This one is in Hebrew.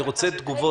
אני רוצה תגובות.